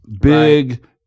big